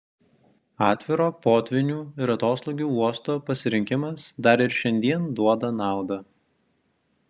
atviro potvynių ir atoslūgių uosto pasirinkimas dar ir šiandien duoda naudą